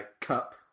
cup